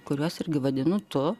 kuriuos irgi vadinu tu